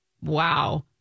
Wow